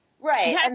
right